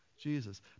Jesus